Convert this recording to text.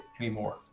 anymore